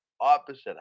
opposite